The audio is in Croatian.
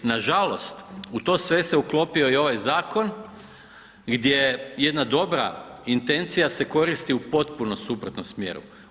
Nažalost u to sve se uklopio i ovaj zakon gdje jedna dobra intencija se koristi u potpuno suprotnom smjeru.